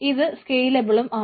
ഇത് സ്കെയിലബിളും ആണ്